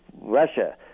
Russia